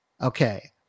Okay